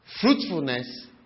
Fruitfulness